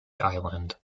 island